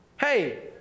Hey